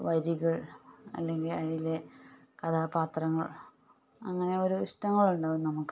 വരികൾ അല്ലെങ്കിൽ അതിലെ കഥാപാത്രങ്ങൾ അങ്ങനെ ഓരോ ഇഷ്ടങ്ങൾ ഉണ്ടാവും നമുക്ക്